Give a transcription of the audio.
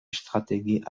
strategie